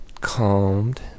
calmed